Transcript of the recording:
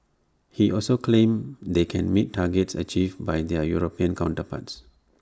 he also claimed they can meet targets achieved by their european counterparts